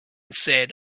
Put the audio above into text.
said